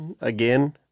Again